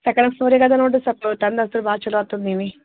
second ಫ್ಲೋರಿಗೆ ಇದೆ ನೋಡ್ರಿ ಸ್ವಲ್ಪ ತಂದ್ರೆ ಅಂತೂ ಭಾಳ ಚಲೋ ಆತದೆ ನೀವೇ